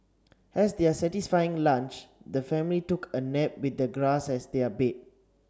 as their satisfying lunch the family took a nap with the grass as their bed